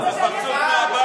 אתה ותיק בליכוד.